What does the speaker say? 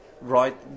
right